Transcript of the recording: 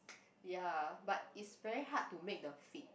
ya but it's very hard to make the feet